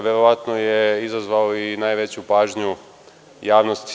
Verovatno je izazvao i najveću pažnju javnosti.